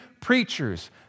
preachers